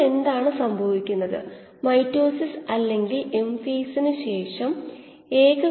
ഇത് D യുടെ quadratic സമവാക്യമാണ്